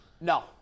No